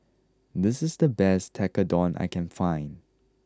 this is the best Tekkadon I can find